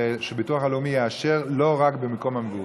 שהביטוח הלאומי יאשר לא רק במקום המגורים.